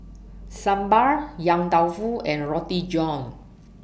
Sambal Yong Tau Foo and Roti John